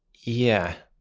yeah.